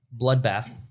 bloodbath